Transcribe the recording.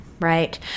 right